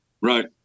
right